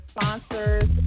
sponsors